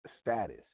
status